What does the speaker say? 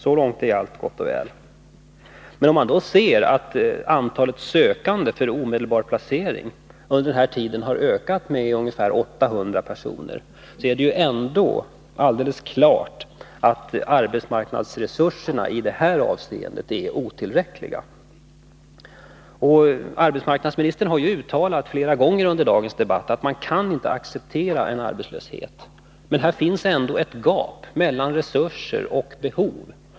Så långt är allt gott och väl. Men om man då ser att antalet sökande för omedelbar placering under den här tiden har ökat med ungefär 800 personer, står det alldeles klart att arbetsmarknadsresurserna i det här avseendet är otillräckliga. Arbetsmarknadsministern har ju uttalat flera gånger under dagens debatt att man inte kan acceptera arbetslöshet. Här finns ändå ett gap mellan resurser och behov.